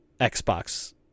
Xbox